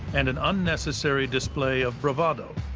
and an unnecessary display of bravado.